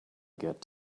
get